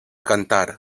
cantar